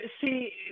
see